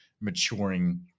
maturing